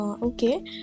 Okay